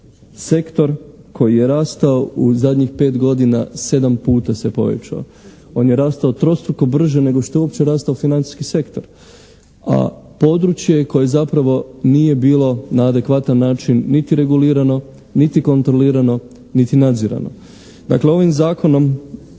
sektor koji je rastao u zadnjih 5 godina sedam puta se povećao. On je rastao trostruko brže nego što je uopće rastao financijski sektor, a područje koje je zapravo nije bilo na adekvatan način niti regulirano, niti kontrolirano, niti nadzirano. Dakle, ovim Zakonom